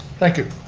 thank you